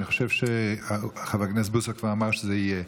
אני חושב שחבר הכנסת בוסו כבר אמר שזה יהיה,